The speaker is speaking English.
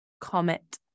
Comet